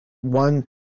one